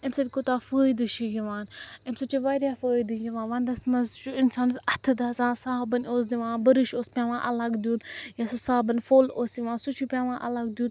اَمہِ سۭتۍ کوٗتاہ فٲیدٕ چھُ یِوان اَمہِ سۭتۍ چھُ واریاہ فٲیدٕ یِوان وَنٛدَس منٛز تہِ چھُ اِنسانَس اَتھہٕ دَزان صابن اوس دِوان بُرٕش اوس پیٚوان الَگ دیٛن یا سُہ صابَن پھوٚل اوس یِوان سُہ چھُ پیٚوان الگ دیٛن